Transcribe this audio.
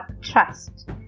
trust